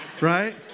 right